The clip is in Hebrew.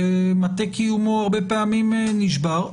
מטה קיומו הרבה פעמים נשבר.